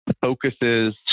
focuses